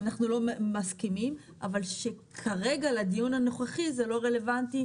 מסכימים אבל שכרגע לדיון הנוכחי זה לא רלבנטי,